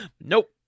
nope